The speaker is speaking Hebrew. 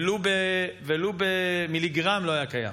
ולו במיליגרם לא היה קיים.